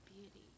beauty